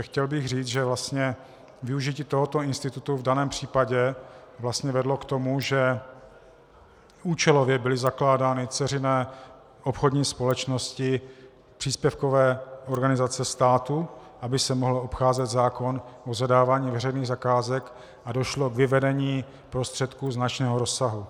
Chtěl bych říct, že vlastně využití tohoto institutu v daném případě vedlo k tomu, že účelově byly zakládány dceřiné obchodní společnosti, příspěvkové organizace státu, aby se mohl obcházet zákon o zadávání veřejných zakázek, a došlo k vyvedení prostředků značného rozsahu.